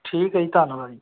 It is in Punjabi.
ਠੀਕ ਹੈ ਜੀ ਧੰਨਵਾਦ ਜੀ